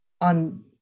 on